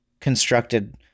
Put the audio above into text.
Constructed